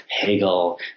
Hegel